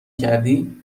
کردی